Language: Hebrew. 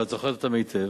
ואת זוכרת אותם היטב,